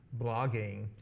blogging